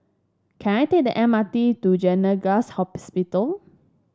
can I take the M R T to Gleneagles Hospital